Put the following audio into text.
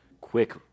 quick